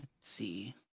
see